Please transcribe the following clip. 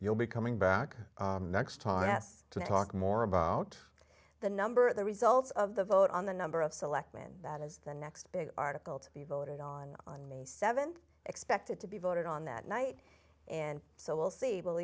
you'll be coming back next time yes to talk more about the number the results of the vote on the number of select when that is the next big article to be voted on on me seven expected to be voted on that night and so we'll see we'll